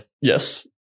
yes